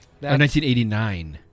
1989